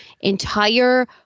entire